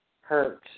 Hurt